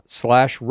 slash